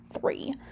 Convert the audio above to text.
three